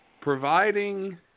providing